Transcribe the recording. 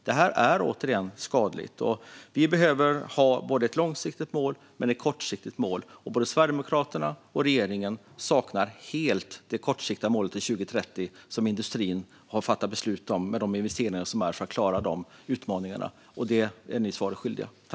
Det här är skadligt. Vi behöver ha både ett långsiktigt mål och ett kortsiktigt mål. Både Sverigedemokraterna och regeringen saknar helt det kortsiktiga målet till 2030, som industrin har fattat beslut om för att klara utmaningarna. Där är ni svaret skyldiga.